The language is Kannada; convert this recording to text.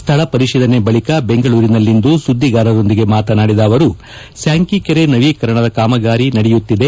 ಸ್ಥಳ ಪರಿಶೀಲನೆ ಬಳಿಕ ಬೆಂಗಳೂರಿನಲ್ಲಿಂದ ಸುದ್ದಿಗಾರರೊಂದಿಗೆ ಮಾತನಾಡಿದ ಅವರು ಸ್ಯಾಂಕಿ ಕೆರೆ ನವೀಕರಣ ಕಾಮಗಾರಿ ನಡೆಯುತ್ತಿದೆ